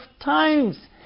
times